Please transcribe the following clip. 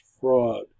Fraud